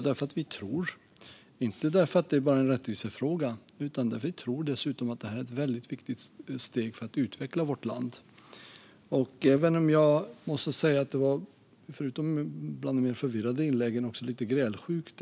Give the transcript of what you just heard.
Inte bara för att det är en rättvisefråga, utan vi tror dessutom att det är ett väldigt steg för att utveckla vårt land. Förutom att det var bland de mer förvirrande inläggen var det också lite grälsjukt.